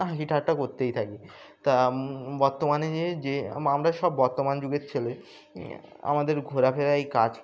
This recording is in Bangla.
হাসি ঠাট্টা করতেই থাকি তা বর্তমানে যে যে আমরা সব বর্তমান যুগের ছেলে আমাদের ঘোরাফেরাই কাজ